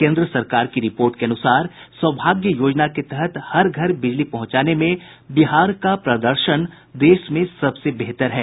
केन्द्र सरकार की रिपोर्ट के अनुसार सौभाग्य योजना के तहत हर घर बिजली पहुंचाने में बिहार का प्रदर्शन देश में सबसे बेहतर है